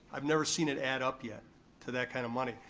i've never seen it add up yet to that kind of money.